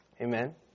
Amen